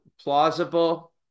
plausible